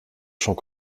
champs